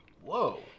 Whoa